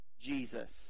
Jesus